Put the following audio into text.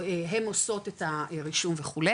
הן עושות את הרישום וכו'